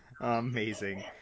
Amazing